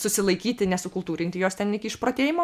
susilaikyti nesukultūrinti jos ten iki išprotėjimo